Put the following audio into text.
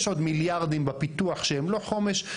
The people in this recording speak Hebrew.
יש עוד מיליארדים בפיתוח שהם לא חומש,